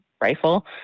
rifle